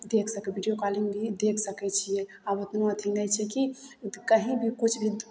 देख सकबै video calling भी देख सकै छियै आब ओतना अथी नहि छै कि कहीँ भी किछु भी